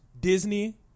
Disney